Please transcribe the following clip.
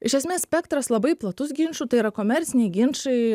iš esmės spektras labai platus ginčų tai yra komerciniai ginčai